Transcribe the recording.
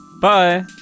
bye